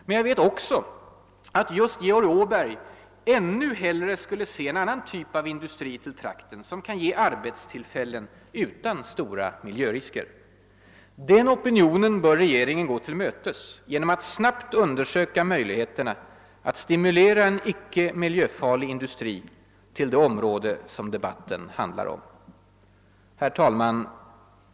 Men jag vet också att just Georg Åberg ännu hellre skulle se en annan typ av industri i trakten, som kan ge arbetstillfällen utan stora miljörisker. Den opinionen bör regeringen gå till mötes genom att snabbt undersöka möjligheterna att stimulera en icke miljöfarlig industri till det område som debatten handlar om. Herr talman!